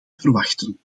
verwachten